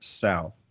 south